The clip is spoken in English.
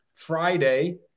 friday